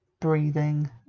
breathing